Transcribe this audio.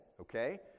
okay